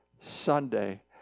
Sunday